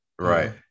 Right